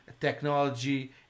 technology